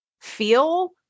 feel